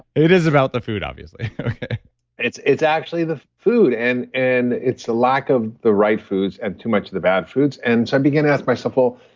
it is about the food obviously it's it's actually the food, and and it's the lack of the right foods and too much the bad foods. and so, i begin to ask myself, well,